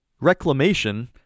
Reclamation